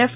F